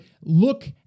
look